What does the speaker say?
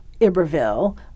Iberville